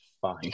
fine